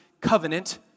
covenant